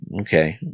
Okay